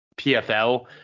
PFL